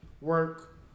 work